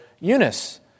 Eunice